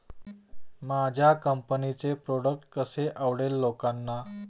माझ्या कंपनीचे प्रॉडक्ट कसे आवडेल लोकांना?